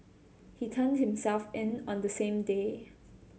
he turned himself in on the same day